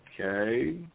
Okay